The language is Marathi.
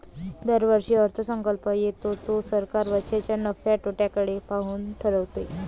दरवर्षी अर्थसंकल्प येतो जो सरकार वर्षाच्या नफ्या तोट्याकडे पाहून ठरवते